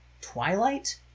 Twilight